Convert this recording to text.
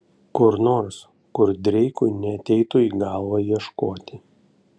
kur nors kur dreikui neateitų į galvą ieškoti